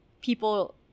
People